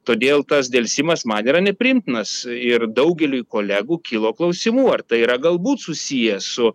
todėl tas delsimas man yra nepriimtinas ir daugeliui kolegų kilo klausimų ar tai yra galbūt susiję su